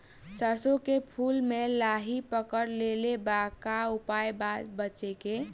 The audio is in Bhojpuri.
सरसों के फूल मे लाहि पकड़ ले ले बा का उपाय बा बचेके?